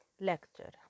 lecture